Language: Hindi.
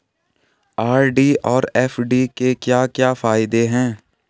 आर.डी और एफ.डी के क्या क्या फायदे हैं?